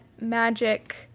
magic